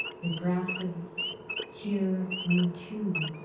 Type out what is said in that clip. the grasses hear me, too,